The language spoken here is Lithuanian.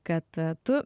kad tu